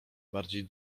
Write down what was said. bardziej